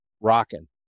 Rocking